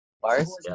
bars